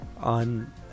on